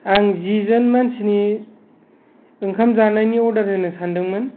आं जिजोन मानसिनि ओंखाम जानायनि अर्दार होनो सानदोंमोन